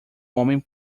homem